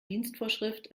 dienstvorschrift